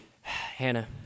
Hannah